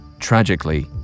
Tragically